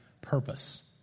purpose